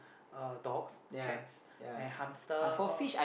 uh dogs cats and hamsters all